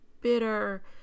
bitter